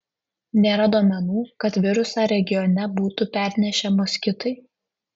nėra duomenų kad virusą regione būtų pernešę moskitai